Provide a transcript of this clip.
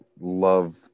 love